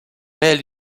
réelles